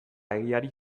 egiari